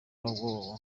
www